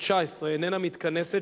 התשע-עשרה מתכנסת,